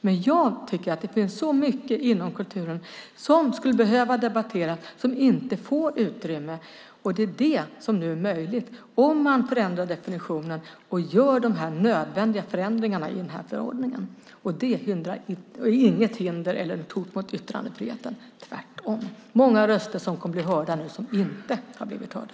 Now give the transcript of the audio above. Men jag tycker att det finns så mycket inom kulturen som skulle behöva debatteras men som inte får utrymme. Det är det som nu är möjligt om man förändrar definitionen och gör dessa nödvändiga förändringar i denna förordning. Det är inget hinder eller hot mot yttrandefriheten, tvärtom. Det är många röster som nu kommer att bli hörda som inte har blivit hörda.